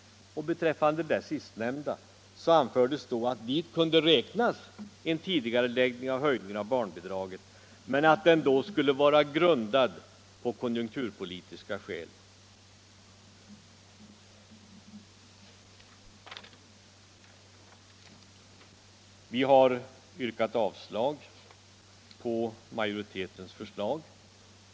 Beträffande detta sistnämnda anfördes då att dit kunde räknas en tidigareläggning av höjningen av barnbidraget men att den då skulle vara grundad på konjunkturpolitiska skäl. Vi har yrkat avslag på majoritetens förslag.